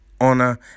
honor